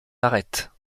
arêtes